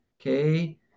Okay